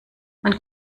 man